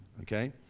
Okay